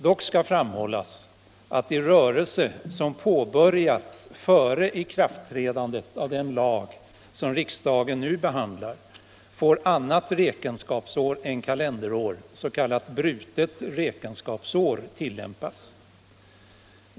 Dock skall framhållas att i rörelse som påbörjats före ikraftträdandet av den lag som riksdagen nu behandlar får annat räkenskapsår än kalenderår, s.k. brutet räkenskapsår, tillämpas.